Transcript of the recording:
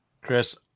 Chris